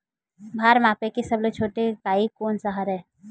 भार मापे के सबले छोटे इकाई कोन सा हरे?